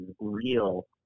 real